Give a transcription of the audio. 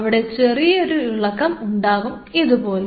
അവിടെ ചെറിയൊരു ഒരു ഇളക്കം ഉണ്ടാകും ഇതുപോലെ